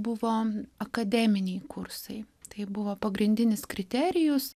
buvo akademiniai kursai tai buvo pagrindinis kriterijus